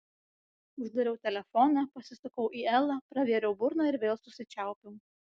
uždariau telefoną pasisukau į elą pravėriau burną ir vėl susičiaupiau